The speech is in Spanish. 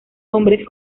hombres